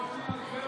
ראש עיר בטבריה.